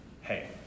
hey